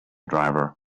driver